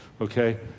okay